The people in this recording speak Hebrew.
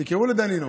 תקראו לדנינו.